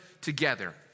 together